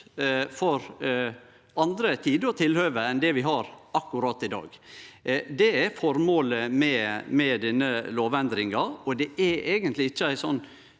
for andre tider og tilhøve enn det vi har akkurat i dag. Det er formålet med denne lovendringa. Det bør eigentleg ikkje vere